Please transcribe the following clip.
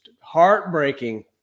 heartbreaking